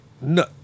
No